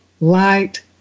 light